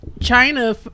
China